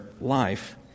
life